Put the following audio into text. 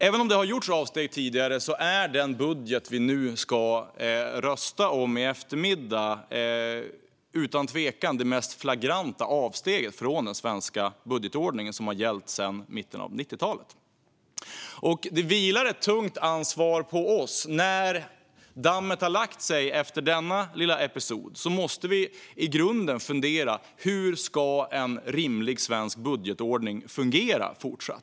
Även om det tidigare har gjorts avsteg är den budget som vi i eftermiddag ska rösta om utan tvekan det mest flagranta avsteget från den svenska budgetordning som har gällt sedan mitten av 90-talet. Det vilar ett tungt ansvar på oss. När dammet har lagt sig efter denna lilla episod måste vi i grunden fundera över hur en rimlig svensk budgetordning fortsättningsvis ska fungera.